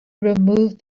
removed